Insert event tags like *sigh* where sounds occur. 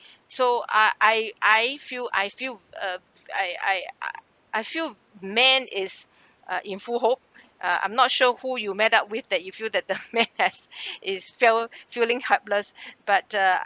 so I I I feel I feel uh I I I feel men is uh in full hope uh I'm not sure who you met up with that you feel that the *laughs* men has is feel~ feeling helpless but uh